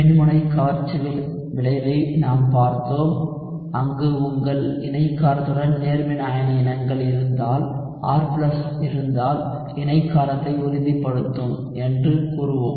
மின்முனைகவர்ச்சி விளைவை நாம் பார்த்தோம் அங்கு உங்கள் இணை காரத்துடன் நேர்மின் அயனி இனங்கள் இருந்தால் R இருந்தால் இணை காரத்தை உறுதிப்படுத்தும் என்று கூறுவோம்